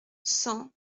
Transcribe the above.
cent